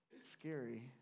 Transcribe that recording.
scary